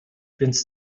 więc